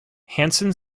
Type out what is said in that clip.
hansen